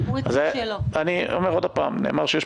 אם זה לא נכון אז הכול